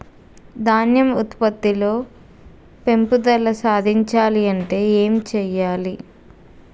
ధాన్యం ఉత్పత్తి లో పెంపుదల సాధించాలి అంటే ఏం చెయ్యాలి?